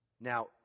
Now